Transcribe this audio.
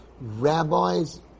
rabbis